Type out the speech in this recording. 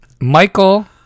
Michael